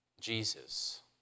Jesus